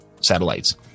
satellites